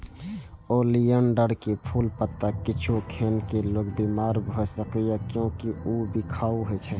oleander के फूल, पत्ता किछुओ खेने से लोक बीमार भए सकैए, कियैकि ऊ बिखाह होइ छै